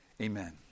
amen